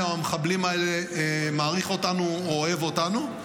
או מהמחבלים האלה מעריך אותנו או אוהב אותנו.